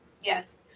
Yes